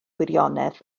gwirionedd